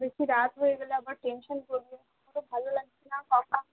বেশি রাত হয়ে গেলে আবার টেনশান করবে আমারও ভালো লাগছে না কটা